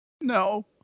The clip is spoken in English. No